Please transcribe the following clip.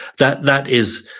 that that is,